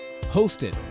hosted